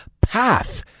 Path